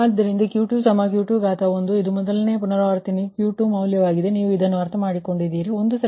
ಆದ್ದರಿಂದ Q2 Q21 ಇದು ಮೊದಲ ಪುನರಾವರ್ತನೆಯ Q2 ಮೌಲ್ಯವಾಗಿದೆ ನೀವು ಇದನ್ನು ಅರ್ಥಮಾಡಿಕೊಂಡಿದ್ದೀರಿ ಎಂದು ನಾನು ಭಾವಿಸುತ್ತೇನೆ